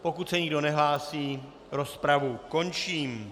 Pokud se nikdo nehlásí, rozpravu končím.